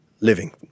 living